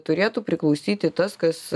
turėtų priklausyti tas kas